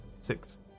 six